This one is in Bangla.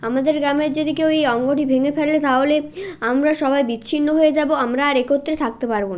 আমাদের গ্রামের যদি কেউ এই অঙ্গটি ভেঙে ফেলে তাহলে আমরা সবাই বিচ্ছিন্ন হয়ে যাব আমরা আর একত্রে থাকতে পারব না